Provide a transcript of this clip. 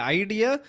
idea